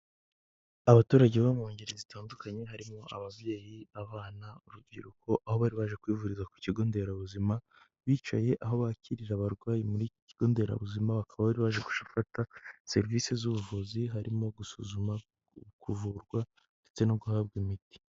Abaturage bo mu ngeri zitandukanye harimo ababyeyi, abana, urubyiruko aho bari baje kwivuriza ku kigo nderabuzima, bicaye aho bakirira abarwayi mu iki kigo nderabuzima, bakaba bari baje gufata serivise z'ubuvuzi harimo gusuzuma, kuvurwa ndetse no guhabwa imiti.